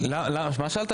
מה שאלת?